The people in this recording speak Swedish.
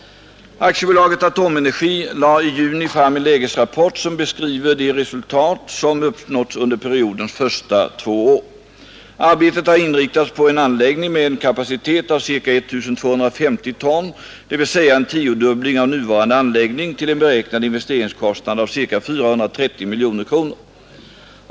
AB Atomenergi lade i juni fram en lägesrapport, som beskriver de resultat som uppnåtts under periodens första två år. Arbetet har inriktats på en anläggning med en kapacitet av ca I 250 ton, dvs. en tiodubbling av nuvarande anläggning till en beräknad investeringskostnad av ca 430 miljoner kronor.